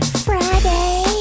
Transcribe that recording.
Friday